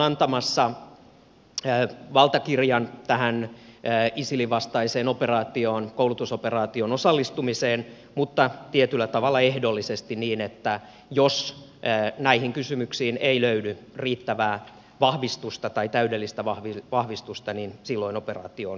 eduskunta on antamassa valtakirjan tähän isilin vastaiseen koulutusoperaatioon osallistumiseen mutta tietyllä tavalla ehdollisesti niin että jos näihin kysymyksiin ei löydy riittävää vahvistusta tai täydellistä vahvistusta niin silloin operaatioon ei lähdetä